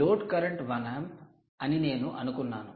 load current 1 amp అని నేను అనుకున్నాను